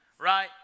right